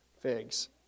figs